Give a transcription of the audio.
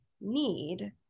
need